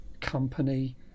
company